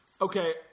Okay